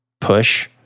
push